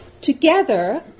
Together